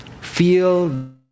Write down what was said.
feel